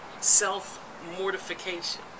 Self-mortification